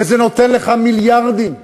וזה נותן לך מיליארדים,